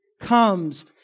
comes